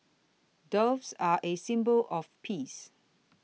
doves are a symbol of peace